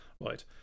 right